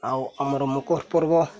ଆଉ ଆମର ମକର ପର୍ବ